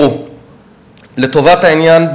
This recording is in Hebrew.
לטובת העניין,